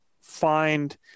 find